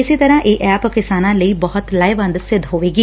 ਇਸ ਤਰਾਂ ਇਹ ਐਪ ਕਿਸਾਨਾਂ ਲਈ ਬਹੁਤ ਲਾਹੇਵੰਦ ਸਿੱਧ ਹੋਵੇਗਾ